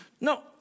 No